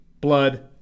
blood